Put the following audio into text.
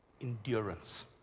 Endurance